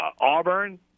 Auburn